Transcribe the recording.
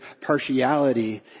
partiality